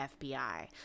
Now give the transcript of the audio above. FBI